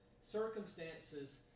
Circumstances